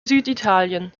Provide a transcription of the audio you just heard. süditalien